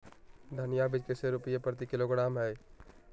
धनिया बीज कैसे रुपए प्रति किलोग्राम है?